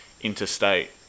interstate